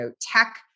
tech